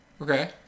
Okay